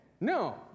No